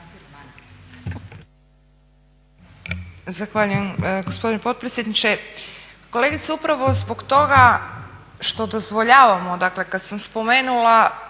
Zahvaljujem gospodine potpredsjedniče. Kolegice upravo zbog toga što dozvoljavamo, dakle kad sam spomenula